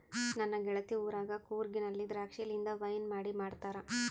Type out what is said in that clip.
ನನ್ನ ಗೆಳತಿ ಊರಗ ಕೂರ್ಗಿನಲ್ಲಿ ದ್ರಾಕ್ಷಿಲಿಂದ ವೈನ್ ಮಾಡಿ ಮಾಡ್ತಾರ